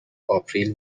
آپریل